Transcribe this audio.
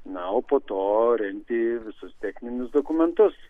na o po to rengti visus techninius dokumentus